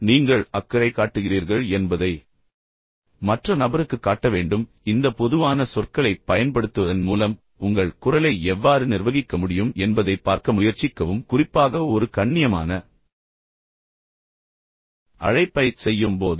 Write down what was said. எனவே நீங்கள் அக்கறை காட்டுகிறீர்கள் என்பதை மற்ற நபருக்குக் காட்ட வேண்டும் எனவே இந்த பொதுவான சொற்களைப் பயன்படுத்துவதன் மூலம் உங்கள் குரலை எவ்வாறு நிர்வகிக்க முடியும் என்பதைப் பார்க்க முயற்சிக்கவும் குறிப்பாக ஒரு கண்ணியமான கண்ணியமான அழைப்பைச் செய்யும்போது